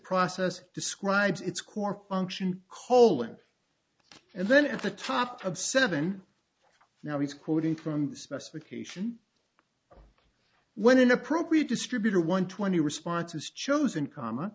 process describes its core function colon and then at the top of seven now he's quoting from the specification when an appropriate distributer one twenty response is chosen comma